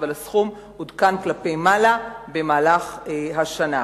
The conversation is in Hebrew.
אבל הסכום עודכן כלפי מעלה במהלך השנה.